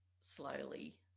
slowly